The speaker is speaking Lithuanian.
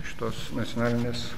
šitos nacionalinės